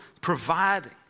providing